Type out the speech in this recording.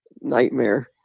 nightmare